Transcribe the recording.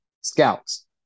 Scouts